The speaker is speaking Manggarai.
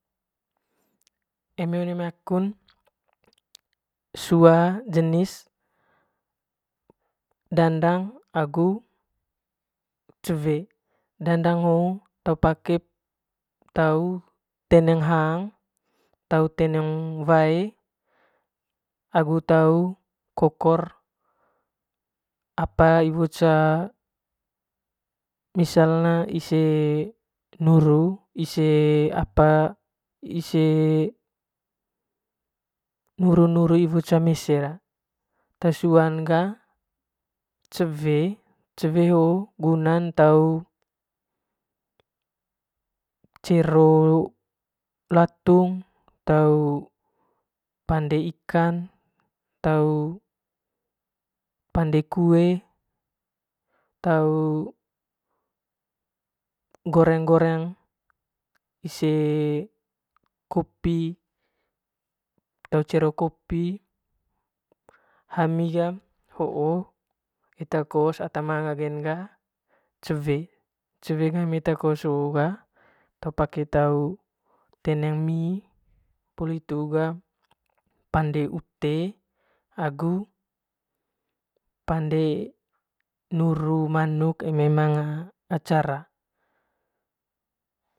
Eme one mai akun sua jenis dandang agu cewe, dandaang hoo tau teneng hang tau teneng wae agu tau kokor apa cee misaln e ise nuru ise- ise nuru se mese ra te suang ga cewe cewe hoo gunan tau cero latung tau pande ikan tau pande kue tau ngoreng ngoreng ise kopi te cero kopi hamin ga eta kos ata mangan ki ga cewe, cewe gami eta kos hoo ga te pake tau teneng mi poli hitu ga pande ute agu pande nuru manuk eme manga acara.